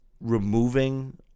removing